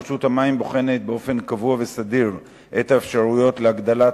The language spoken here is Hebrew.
רשות המים בוחנת באופן קבוע וסדיר את האפשרויות להגדלת